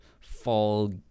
fall